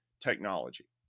technology